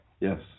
Yes